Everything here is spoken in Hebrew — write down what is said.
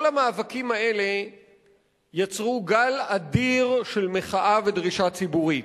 כל המאבקים האלה יצרו גל אדיר של מחאה ודרישה ציבורית.